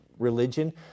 religion